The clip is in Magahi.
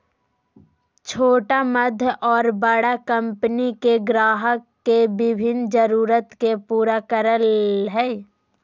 छोटा मध्य और बड़ा कंपनि के ग्राहक के विभिन्न जरूरत के पूरा करय हइ